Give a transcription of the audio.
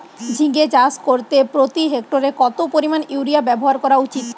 ঝিঙে চাষ করতে প্রতি হেক্টরে কত পরিমান ইউরিয়া ব্যবহার করা উচিৎ?